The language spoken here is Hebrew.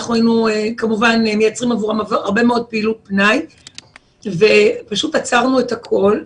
אנחנו היינו מייצרים עבורם הרבה מאוד פעילות פנאי ופשוט עצרנו את הכול.